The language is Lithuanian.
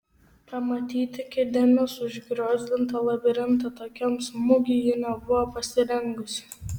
pamatyti kėdėmis užgriozdintą labirintą tokiam smūgiui ji nebuvo pasirengusi